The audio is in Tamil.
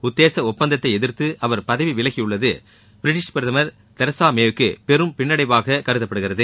உத்தேச ஒப்பந்தத்தை எதிர்த்து அவர் பதவி விலகியுள்ளது பிரிட்டிஷ் பிரதமர் திருமதி தெரசா மேக்கு பெரும் பின்னடைவாக கருதப்படுகிறது